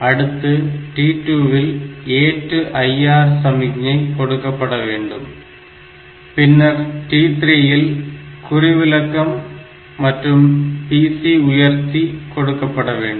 அடுத்து t2 இல் ஏற்று IR சமிக்ஞை கொடுக்கப்பட வேண்டும் பின்னர் t3 இல் குறிவிலக்கம் மற்றும் PC உயர்த்தி கொடுக்கப்பட வேண்டும்